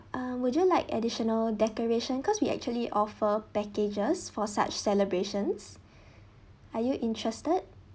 um would you like additional decoration cause we actually offer packages for such celebrations are you interested